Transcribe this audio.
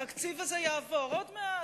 התקציב הזה יעבור עוד מעט.